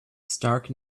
stark